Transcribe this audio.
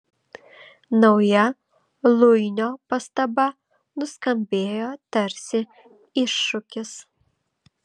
nauja luinio pastaba nuskambėjo tarsi iššūkis